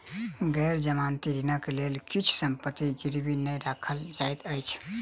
गैर जमानती ऋणक लेल किछ संपत्ति गिरवी नै राखल जाइत अछि